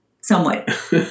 somewhat